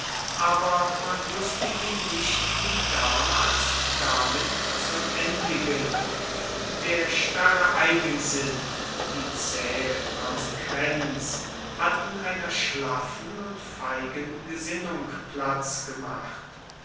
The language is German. aber man wußte ihn nicht wie damals damit zu endigen der starre eigensinn die zähe konsequenz hatten einer schlaffen und feigen gesinnung platz gemacht